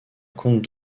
compte